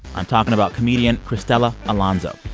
i'm talking about comedian cristela alonzo.